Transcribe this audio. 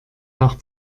nach